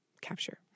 capture